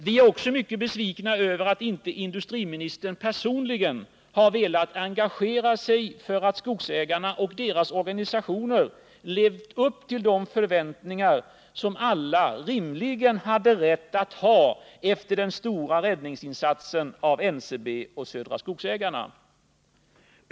Vi är också mycket besvikna över att inte industriministern | personligen har velat engagera sig för att skogsägarna och deras organisationer skulle leva upp till de förväntningar som alla rimligen hade rätt att ha efter den stora statliga räddningsinsatsen när den gällde NCB och Södra Skogsägarna.